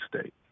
state